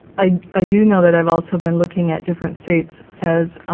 i i do know that i've also been looking at different states as